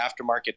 aftermarket